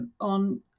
on